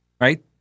Right